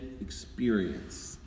experience